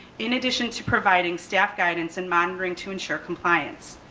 in addition to providing staff guidance and monitoring to ensure compliance.